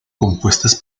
compuestas